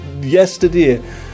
yesterday